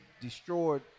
destroyed